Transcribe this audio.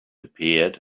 appeared